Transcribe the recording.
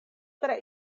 tre